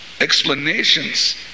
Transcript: explanations